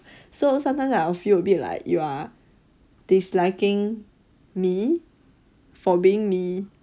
so sometimes I will feel a bit like you are disliking me for being me